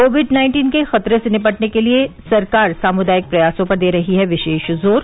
Covid nineteen के खतरे से निपटने के लिए सरकार सामुदायिक प्रयासों पर दे रही है विशेष जोर